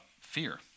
fear